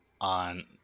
on